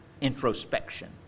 introspection